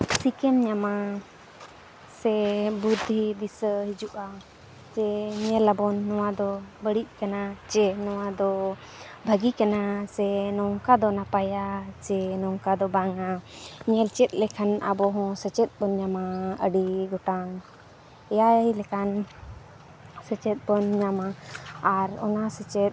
ᱥᱤᱠᱮᱢ ᱧᱟᱢᱟ ᱥᱮ ᱵᱩᱫᱽᱫᱷᱤ ᱫᱤᱥᱟᱹ ᱦᱤᱡᱩᱜᱼᱟ ᱪᱮ ᱧᱮᱞᱟᱵᱚᱱ ᱱᱚᱣᱟ ᱫᱚ ᱵᱟᱹᱲᱤᱡ ᱠᱟᱱᱟ ᱪᱮ ᱱᱚᱣᱟ ᱫᱚ ᱵᱷᱟᱜᱮ ᱠᱟᱱᱟ ᱥᱮ ᱱᱚᱝᱠᱟ ᱫᱚ ᱱᱟᱯᱟᱭᱟ ᱪᱮ ᱱᱚᱝᱠᱟ ᱫᱚ ᱵᱟᱝᱟ ᱧᱮᱞ ᱪᱮᱫ ᱞᱮᱠᱷᱟᱱ ᱟᱵᱚ ᱦᱚᱸ ᱥᱮᱪᱮᱫ ᱵᱚᱱ ᱧᱟᱢᱟ ᱟᱹᱰᱤ ᱜᱚᱴᱟᱝ ᱮᱭᱟᱭ ᱞᱮᱠᱟᱱ ᱥᱮᱪᱮᱫ ᱵᱚᱱ ᱧᱟᱢᱟ ᱟᱨ ᱚᱱᱟ ᱥᱮᱪᱮᱫ